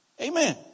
Amen